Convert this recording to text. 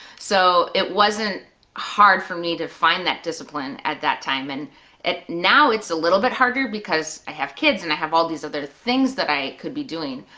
so it wasn't hard for me to find that discipline at that time. and now it's a little bit harder because i have kids and i have all these other things that i could be doing.